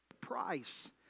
price